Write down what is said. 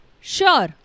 Sure